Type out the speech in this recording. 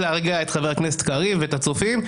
להרגיע את חבר הכנסת קריב ואת הצופים.